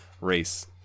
race